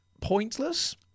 pointless